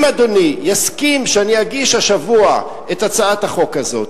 אם אדוני יסכים שאני אגיש השבוע את הצעת החוק הזו,